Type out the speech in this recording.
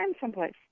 someplace